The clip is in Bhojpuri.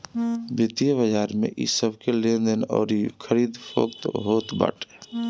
वित्तीय बाजार में इ सबके लेनदेन अउरी खरीद फोक्त होत बाटे